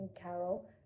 Carol